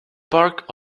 park